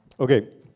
Okay